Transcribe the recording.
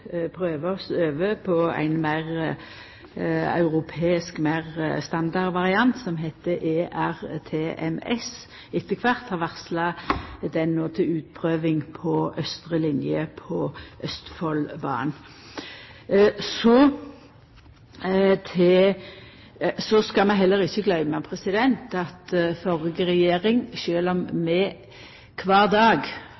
prøver oss på ein europeisk meir standardvariant som heiter ERTMS, og vi har no varsla at den etter kvart kjem til utprøving på austre linje på Østfoldbanen. Så skal vi heller ikkje gløyma det som skjedde under den førre regjeringa. Sjølv om